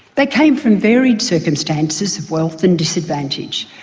they came from varied circumstances of wealth and disadvantage,